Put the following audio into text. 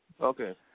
Okay